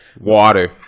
Water